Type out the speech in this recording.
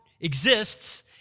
exists